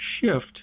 shift